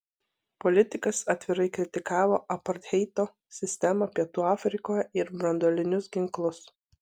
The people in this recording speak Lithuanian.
politikas atvirai kritikavo apartheido sistemą pietų afrikoje ir branduolinius ginklus